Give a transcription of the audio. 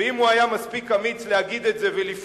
ואם הוא היה מספיק אמיץ להגיד את זה ולפעול,